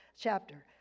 chapter